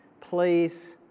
Please